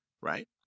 right